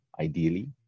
ideally